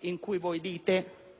in cui voi dite due cose: